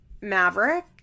Maverick